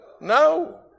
No